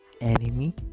enemy